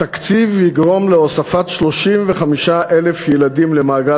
התקציב יגרום להוספת 35,000 ילדים למעגל